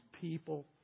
people